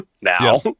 now